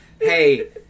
hey